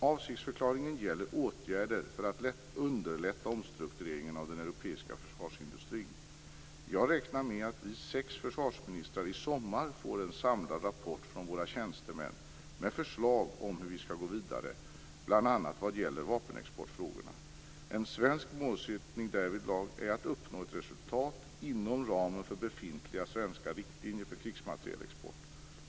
Avsiktsförklaringen gäller åtgärder för att underlätta omstruktureringen av den europeiska försvarsindustrin. Jag räknar med att vi sex försvarsministrar i sommar får en samlad rapport från våra tjänstemän med förslag om hur vi skall gå vidare, bl.a. vad gäller vapenexportfrågorna. En svensk målsättning därvidlag är att uppnå ett resultat inom ramen för befintliga svenska riktlinjer för krigsmaterielexport.